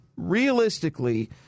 Realistically